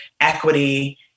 equity